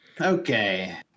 Okay